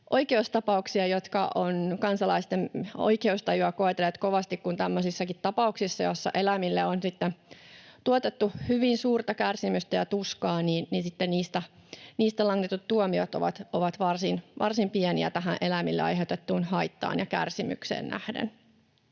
oikeustapauksia, jotka ovat kansalaisten oikeustajua koetelleet kovasti. Esimerkiksi tällaisissakin tapauksissa, joissa eläimille on tuotettu hyvin suurta kärsimystä ja tuskaa, niistä langetut tuomiot ovat varsin pieniä tähän eläimille aiheutettuun haittaan ja kärsimykseen nähden.